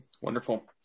Wonderful